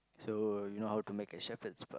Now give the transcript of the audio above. so you know how to make a Shepherd's-Pie